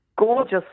gorgeous